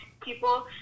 people